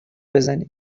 بزنی